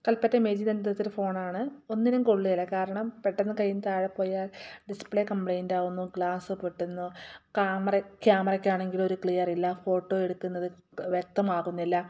കൽപ്പറ്റ മൈജിയിൽ ഫോണാണ് ഒന്നിനും കൊള്ളുകേല കാരണം പെട്ടന്നു കയ്യിൽ നിന്നു താഴെ പോയാൽ ഡിസ്പ്ലേ കംപ്ലൈൻറ് ആകുന്നു ഗ്ലാസ് പൊട്ടുന്നു ക്യാമറ ക്യാമറയ്ക്കാണെങ്കിൽ ഒരു ക്ലിയറില്ല ഫോട്ടോ എടുക്കുന്നത് വ്യക്തമാകുന്നില്ല